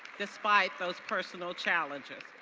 despite those personal challenges.